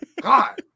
God